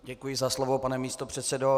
Děkuji za slovo, pane místopředsedo.